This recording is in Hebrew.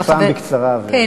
הפעם בקצרה ולעניין.